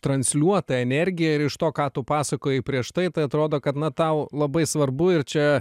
transliuotą energiją ir iš to ką tu pasakojai prieš tai tai atrodo kad na tau labai svarbu ir čia